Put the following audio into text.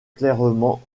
clairement